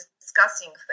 discussing